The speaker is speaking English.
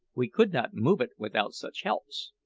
we could not move it without such helps.